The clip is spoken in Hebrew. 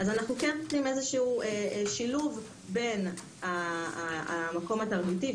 אנחנו כן נותנים איזשהו שילוב בין המקום התרבותי,